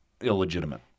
illegitimate